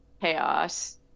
chaos